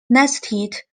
nested